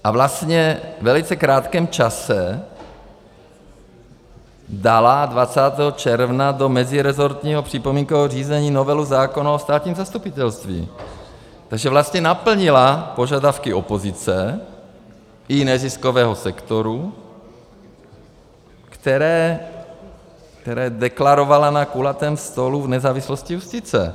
A vlastně ve velice krátkém čase dala 20. června do meziresortního připomínkového řízení novelu zákona o státním zastupitelství, takže vlastně naplnila požadavky opozice i neziskového sektoru, které deklarovala na kulatém stolu o nezávislosti justice.